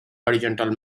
horizontal